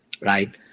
right